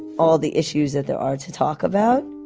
all the issues that there are to talk about